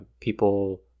people